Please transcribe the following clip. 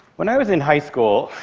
when i was in high school,